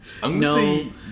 No